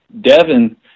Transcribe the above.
Devin